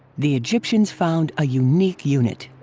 the egyptians found a unique unit.